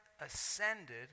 ascended